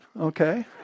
okay